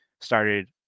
started